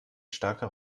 starker